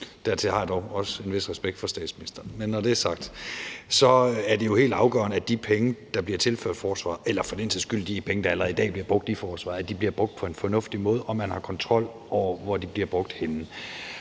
Dertil har jeg dog også en vis respekt for statsministeren. Men når det er sagt, er det jo helt afgørende, at de penge, der bliver tilført forsvaret – eller for den sags skyld de penge, der allerede i dag bliver brugt i forsvaret – bliver brugt på en fornuftig måde, og at man har kontrol over, hvor de bliver brugt henne.